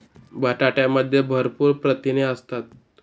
बटाट्यामध्ये भरपूर प्रथिने असतात